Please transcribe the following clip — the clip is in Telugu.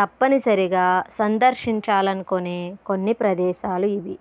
తప్పనిసరిగా సందర్శించాలి అనుకునే కొన్ని ప్రదేశాలు ఇవి